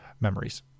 memories